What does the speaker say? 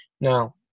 Now